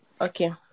Okay